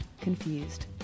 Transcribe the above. Confused